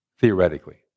theoretically